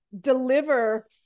deliver